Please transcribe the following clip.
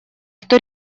что